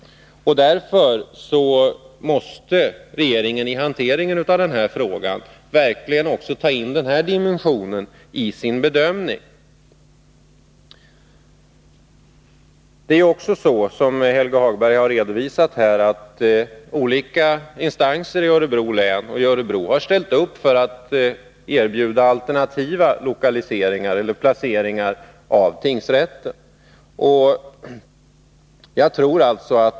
Därför måste regeringen vid hanteringen av frågan verkligen också ta in den här dimensionen i sin bedömning. Det är så som Helge Hagberg har redovisat här, att olika instanser i Örebro och i Örebro län har ställt upp för att erbjuda alternativa placeringar av tingsrätten.